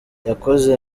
yakoze